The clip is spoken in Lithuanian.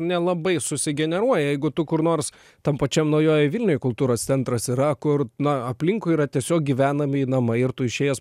nelabai susigeneruoja jeigu tu kur nors tam pačiam naujojoj vilnioj kultūros centras yra kur na aplinkui yra tiesiog gyvenamieji namai ir tu išėjęs